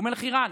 אום אל-חיראן,